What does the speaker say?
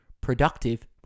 productive